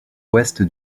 ouest